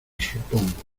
supongo